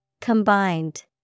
Combined